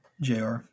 Jr